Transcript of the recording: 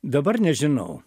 dabar nežinau